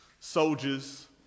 Soldiers